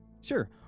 sure